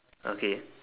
okay